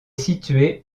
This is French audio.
situé